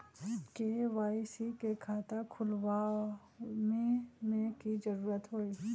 KYC के खाता खुलवा में की जरूरी होई?